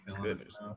goodness